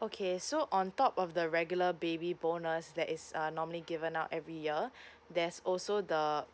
okay so on top of the regular baby bonus that is uh normally given out every year there's also the